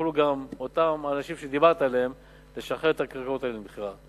יוכלו גם אותם אנשים שדיברת עליהם לשחרר את הקרקעות האלה למכירה.